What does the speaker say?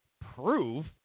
prove